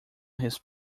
his